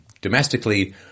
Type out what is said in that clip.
Domestically